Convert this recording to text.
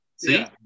see